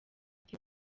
agira